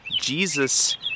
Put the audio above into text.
Jesus